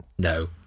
No